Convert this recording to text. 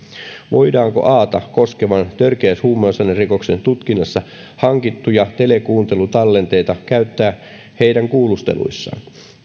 voidaanko ata koskevan törkeän huumausainerikoksen tutkinnassa hankittuja telekuuntelutallenteita käyttää heidän kuulusteluissaan